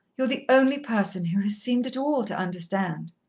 you're the only person who has seemed at all to understand.